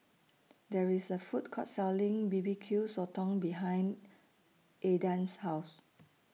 There IS A Food Court Selling B B Q Sotong behind Aidan's House